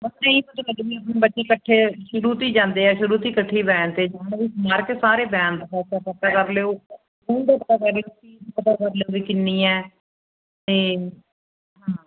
ਬਸ ਇਹ ਹੀ ਪਤਾ ਕਰਨਾ ਵੀ ਆਪਣੇ ਬੱਚੇ ਇਕੱਠੇ ਸ਼ੁਰੂ ਤੋਂ ਹੀ ਜਾਂਦੇ ਹੈ ਸ਼ੁਰੂ ਤੋਂ ਹੀ ਇਕੱਠੇ ਵੈਨ 'ਤੇ ਸਮਾਰ ਕੇ ਸਾਰੇ ਵੈਨ ਦਾ ਖਰਚਾ ਪਤਾ ਕਰ ਲਿਓ ਸਕੂਲ ਦਾ ਪਤਾ ਕਰ ਲਿਓ ਫੀਸ ਦਾ ਪਤਾ ਕਰ ਲਿਓ ਵੀ ਕਿੰਨੀ ਹੈ ਅਤੇ ਹਾਂ